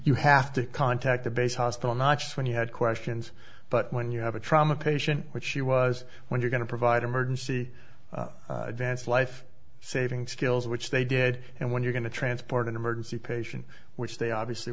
you have to contact the base hospital notch when you had questions but when you have a trauma patient which she was when you're going to provide emergency advanced life saving skills which they did and when you're going to transport an emergency patient which they obviously